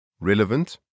relevant